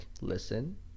listen